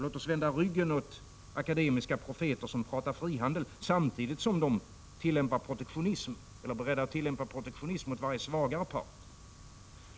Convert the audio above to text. Låt oss vända ryggen åt akademiska profeter som pratar frihandel, samtidigt som de är beredda att tillämpa protektionism mot varje svagare part.